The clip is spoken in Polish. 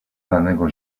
lanego